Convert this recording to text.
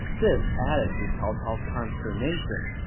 this added to cao cao's consternation.